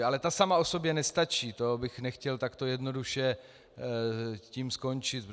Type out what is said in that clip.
Ale ta sama o sobě nestačí, to bych nechtěl takto jednoduše tím skončit.